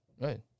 right